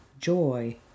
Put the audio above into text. joy